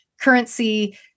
currency